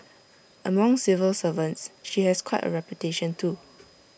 among civil servants she has quite A reputation too